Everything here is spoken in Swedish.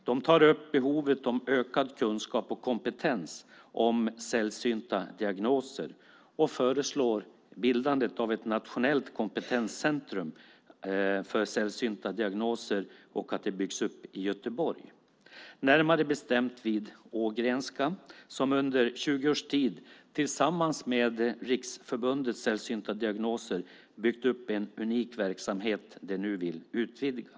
De tar upp behovet av ökad kunskap och kompetens om sällsynta diagnoser. De föreslår bildandet av ett nationellt kompetenscentrum för sällsynta diagnoser i Göteborg, närmare bestämt vid Ågrenska. Det har under 20 års tid tillsammans med Riksförbundet Sällsynta diagnoser byggt upp en unik verksamhet de nu vill utvidga.